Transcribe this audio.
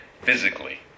physically